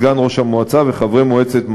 סגן ראש המועצה וחברי מועצת מעלה-עירון.